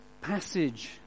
passage